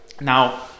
Now